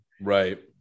Right